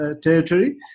territory